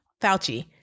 Fauci